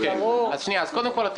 קודם כול,